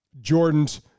Jordan's